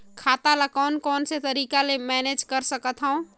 खाता ल कौन कौन से तरीका ले मैनेज कर सकथव?